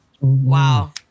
Wow